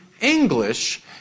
English